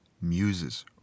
muses